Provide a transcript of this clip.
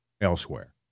Elsewhere